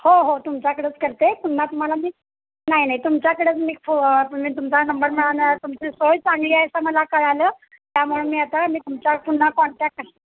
हो हो तुमच्याकडंच करते पुन्हा तुम्हाला मी नाही नाही तुमच्याकडंच मी फो मी तुमचा नंबर मिळाला तुमची सोय चांगली आहे असं मला कळालं त्यामुळे मी आता मी तुमच्या पुन्हा कॉन्टॅक